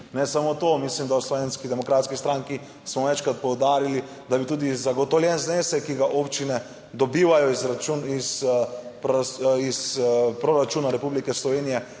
Ne samo to, mislim, da v Slovenski demokratski stranki smo večkrat poudarili, da bi tudi zagotovljen znesek, ki ga občine dobivajo iz račun..., iz proračuna Republike Slovenije,